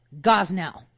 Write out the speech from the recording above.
Gosnell